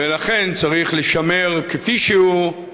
ולכן צריך לשמר אותו כפי שהוא,